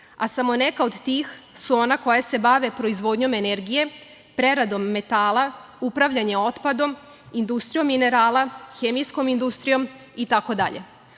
a samo neka od tih su ona koja se bave proizvodnjom energije, preradom metala, upravljanje otpadom, industrijom minerala, hemijskom industrijom